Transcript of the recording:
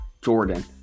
Jordan